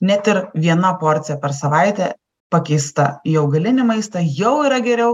net ir viena porcija per savaitę pakeista į augalinį maistą jau yra geriau